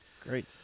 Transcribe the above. Great